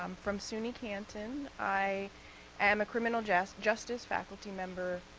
um from suny canton. i am a criminal justice justice faculty member